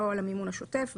לא על המימון השוטף,